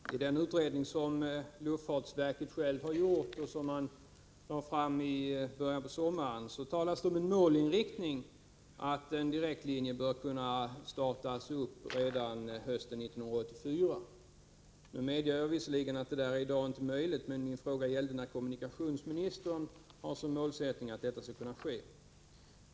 Herr talman! I den utredning som luftfartsverket har gjort och som lades fram i början av sommaren talas det om att en målinriktning är att en direktlinje bör kunna startas redan hösten 1984. Jag medger att detta inte är möjligt i dag, men min fråga gällde när det enligt kommunikationsministerns målsättning skall kunna ske.